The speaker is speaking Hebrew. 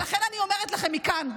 ולכן אני אומרת לכם מכאן,